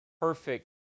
perfect